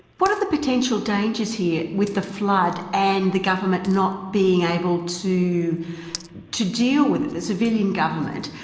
what are the potential dangers here with the flood and the government not being able to to deal with it, the civilian government.